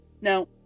Now